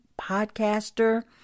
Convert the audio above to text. podcaster